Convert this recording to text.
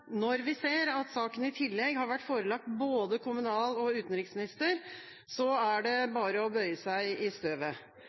Når vi ser at saken i tillegg har vært forelagt både kommunalministeren og utenriksministeren, er det